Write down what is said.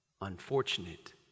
unfortunate